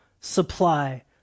supply